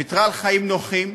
היא ויתרה על חיים נוחים,